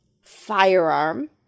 firearm